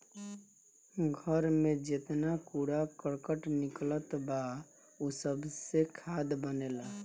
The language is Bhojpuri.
घर में जेतना कूड़ा करकट निकलत बा उ सबसे खाद बनेला